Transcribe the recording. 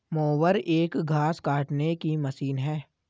mower एक घास काटने की मशीन है